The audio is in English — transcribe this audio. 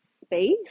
space